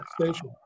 station